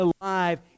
alive